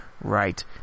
right